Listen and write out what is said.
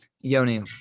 yoni